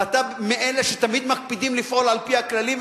ואתה מאלה שתמיד מקפידים לפעול על-פי הכללים,